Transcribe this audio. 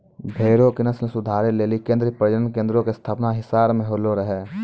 भेड़ो के नस्ल सुधारै लेली केन्द्रीय प्रजनन केन्द्रो के स्थापना हिसार मे होलो रहै